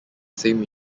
same